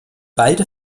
beide